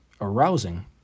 arousing